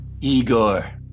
Igor